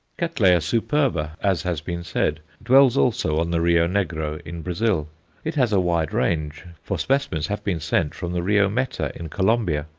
cattleya superba, as has been said, dwells also on the rio negro in brazil it has a wide range, for specimens have been sent from the rio meta in colombia.